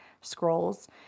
Scrolls